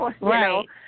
Right